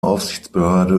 aufsichtsbehörde